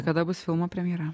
kada bus filmo premjera